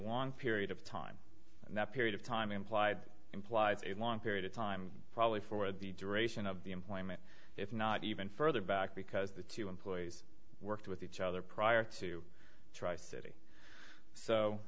long period of time and that period of time implied implies a long period of time probably for the duration of the employment if not even further back because the two employees worked with each other prior to try city so